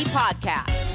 podcast